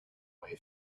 way